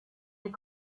des